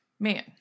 Man